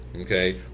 Okay